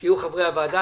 שיהיו חברי הוועדה.